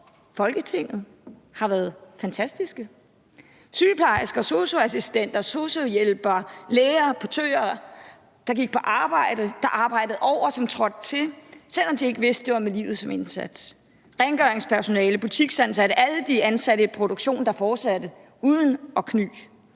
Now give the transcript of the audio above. Folketinget har været fantastiske. Sygeplejersker, sosu-assistenter, sosu-hjælpere, læger og portører, der gik på arbejde, som arbejdede over, og som trådte til, selv om de ikke vidste, om det var med livet som indsats; rengøringspersonalet, butiksansatte, alle de ansatte i produktionen, der fortsatte uden at kny;